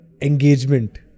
engagement